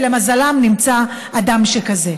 ולמזלם נמצא אדם שכזה.